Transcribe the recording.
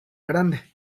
grande